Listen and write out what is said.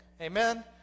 Amen